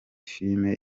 filimi